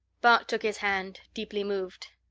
bart took his hand, deeply moved,